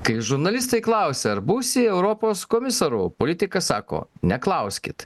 kai žurnalistai klausia ar būsi europos komisaru politikas sako neklauskit